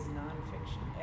nonfiction